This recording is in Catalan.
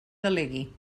delegui